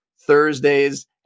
Thursdays